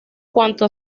cuanto